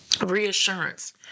reassurance